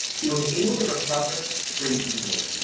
he was able to recover pretty easily.